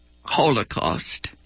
Holocaust